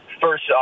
first